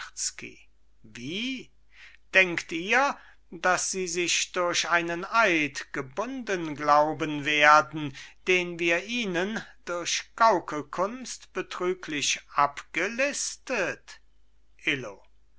wie denkt ihr daß sie sich durch einen eid gebunden glauben werden den wir ihnen durch gaukelkunst betrüglich abgelistet illo